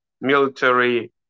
military